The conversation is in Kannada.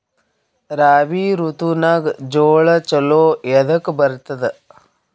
ರಾಬಿ ಋತುನಾಗ್ ಜೋಳ ಚಲೋ ಎದಕ ಬರತದ?